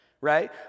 right